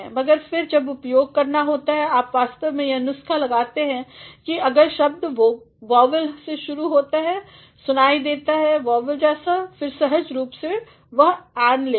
मगर फिर जब उपयोग करना होता है आप वास्तव में यह नुस्खा लगाते हैं कि अगर शब्द वोवल से शुरू होता है सुनाई देता है वोवल जैसा फिर सहज रूप से वह ऐन लेगा